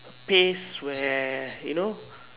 pace where you know